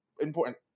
important